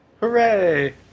Hooray